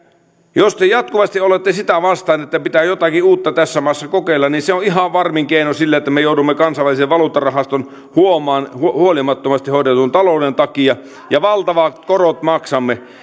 jos te jatkuvasti olette sitä vastaan että pitää jotakin uutta tässä maassa kokeilla niin se on ihan varmin keino sille että me joudumme kansainvälisen valuuttarahaston huomaan huolimattomasti hoidetun talouden takia ja valtavat korot maksamme